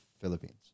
Philippines